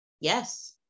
Yes